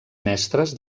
mestres